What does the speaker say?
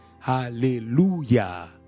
hallelujah